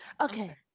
Okay